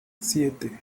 siete